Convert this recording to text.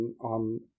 on